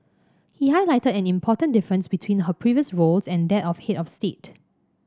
he highlighted an important difference between her previous roles and that of head of state